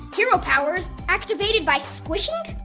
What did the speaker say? hero powers? activated by squishing?